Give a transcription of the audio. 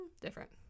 Different